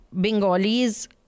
Bengalis